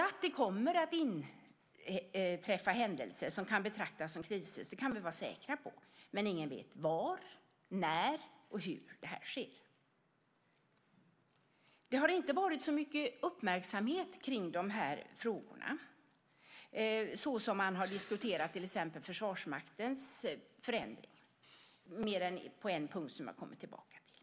Att det kommer att inträffa händelser som kan betraktas som kriser kan vi vara säkra på, men ingen vet var, när och hur de kommer att ske. Det har inte varit särskilt mycket uppmärksamhet kring dessa frågor, på samma sätt som man till exempel diskuterat Försvarsmaktens förändring, utom på en punkt, som jag kommer tillbaka till.